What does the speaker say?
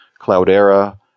Cloudera